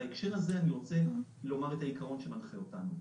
בהקשר הזה אני רוצה לומר את העיקרון שמנחה אותנו.